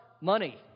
money